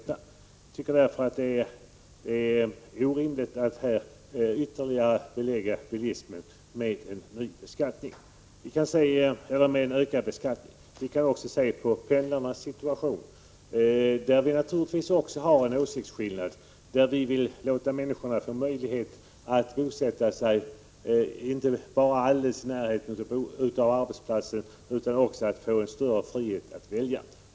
Jag anser därför att det är orimligt att ytterligare belägga bilismen med en ökad beskattning. Vi kan också se på pendlarnas situation, där det naturligtvis också finns en Prot. 1985/86:139 = åsiktsskillnad. Vi vill inte bara låta människorna få möjlighet att bosätta sig alldeles i närheten av arbetsplatsen utan också ge dem större frihet att välja.